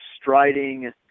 striding